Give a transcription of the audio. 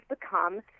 become